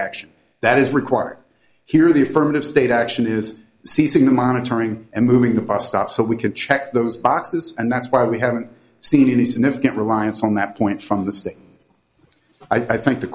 action that is required here the affirmative state action is seizing the monitoring and moving the bus stop so we can check those boxes and that's why we haven't seen any significant reliance on that point from the state i think the